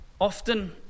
often